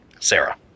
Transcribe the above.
Sarah